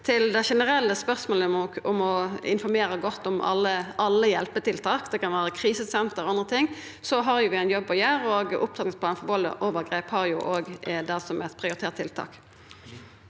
Til dei generelle spørsmåla om å informera godt om alle hjelpetiltak – det kan vera krisesenter og andre ting – har vi ein jobb å gjera. Opptrappingsplanen mot vald og overgrep har òg det som eit prioritert tiltak.